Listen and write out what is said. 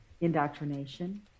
indoctrination